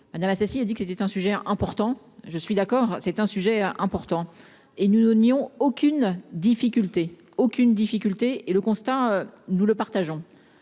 madame Assassi a dit que c'était un sujet important, je suis d'accord, c'est un sujet important et nous donnions aucune difficulté aucune difficulté et le constat, nous le partageons